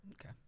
Okay